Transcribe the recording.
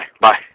bye